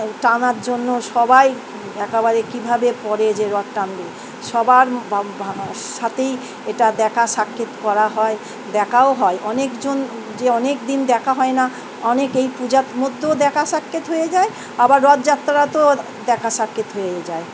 টানার জন্য সবাই একাবারে কীভাবে করে যে রথ টানবে সবার সাথেই এটা দেখা সাক্ষাৎ করা হয় দেখাও হয় অনেকজন যে অনেক দিন দেখা হয় না অনেক এই পূজার মধ্যেও দেখা সাক্ষাৎ হয়ে যায় আবার রথযাত্রাতেও দেখা সাক্ষাৎ হয়ে যায়